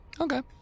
Okay